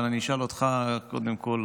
אבל אני אשאל אותך קודם כול,